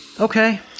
Okay